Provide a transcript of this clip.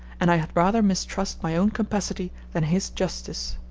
and i had rather mistrust my own capacity than his justice.